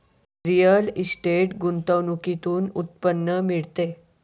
real estate गुंतवणुकीतूनही उत्पन्न मिळते